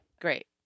Great